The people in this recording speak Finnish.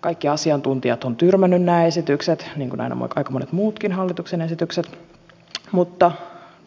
kaikki asiantuntijat ovat tyrmänneet nämä esitykset niin kuin aika monet muutkin hallituksen esitykset mutta